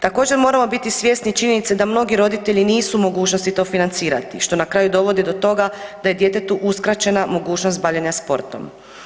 Također moramo biti svjesni činjenice da mnogi roditelji nisu u mogućnosti to financirati, što na kraju dovodi do toga da je djetetu uskraćena mogućnost bavljenja sportom.